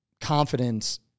confidence